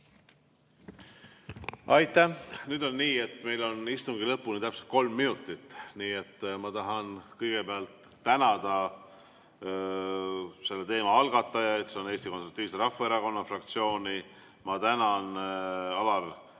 Aitäh! Nüüd on nii, et meil on istungi lõpuni täpselt kolm minutit. Ma tahan kõigepealt tänada selle teema algatajat, s.o Eesti Konservatiivse Rahvaerakonna fraktsiooni. Ma tänan Alar